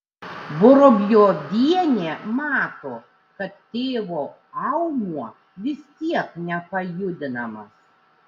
vorobjovienė mato kad tėvo aumuo vis tiek nepajudinamas